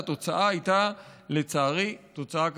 והתוצאה הייתה, לצערי, תוצאה קטסטרופלית.